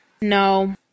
No